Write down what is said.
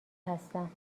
هستم